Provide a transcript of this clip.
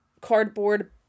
cardboard